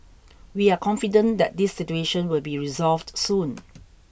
we are confident that this situation will be resolved soon